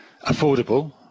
affordable